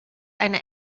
eine